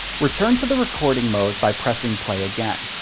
return to the recording mode by pressing play again.